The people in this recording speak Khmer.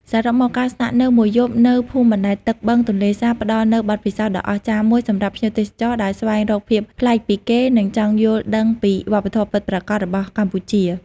សរុបមក ការស្នាក់នៅមួយយប់នៅភូមិបណ្ដែតទឹកបឹងទន្លេសាបផ្ដល់នូវបទពិសោធន៍ដ៏អស្ចារ្យមួយសម្រាប់ភ្ញៀវទេសចរដែលស្វែងរកភាពប្លែកពីគេ និងចង់យល់ដឹងពីវប្បធម៌ពិតប្រាកដរបស់កម្ពុជា។